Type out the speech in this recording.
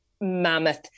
Mammoth